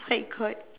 my god